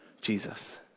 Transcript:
Jesus